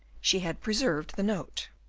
she had preserved the note.